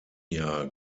jahr